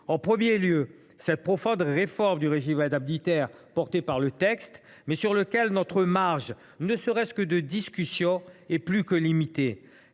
Je pense d’abord à la profonde réforme du régime indemnitaire prévu par le texte, mais sur lequel notre marge, ne serait ce que de discussion, est plus que limitée.